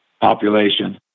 population